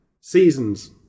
seasons